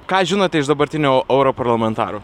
ką žinote iš dabartinių europarlamentarų